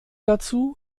dazu